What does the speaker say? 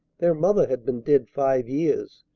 their mother had been dead five years,